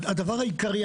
הדבר העיקרי,